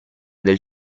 del